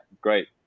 great